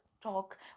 talk